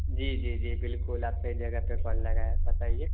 جی جی جی بالکل آپ صحیح جگہ پہ کال لگائے بتائیے